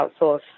outsource